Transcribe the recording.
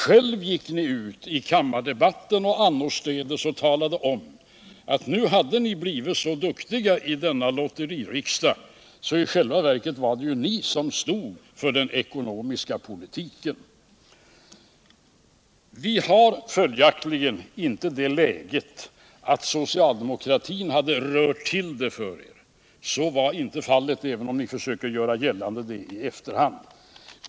Själv gick ni ut i kammardebatten och annorstädes och talade om att nu hade ni blivit så duktiga i denna lotteririksdag så i själva verket var det ni som stod för den ekonomiska politiken. Vi hade följaktligen inte det läget att socialdemokratin hade rört till det för er. Så var inte fallet, även om ni försöker göra detta gällande i efterhand.